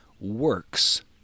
works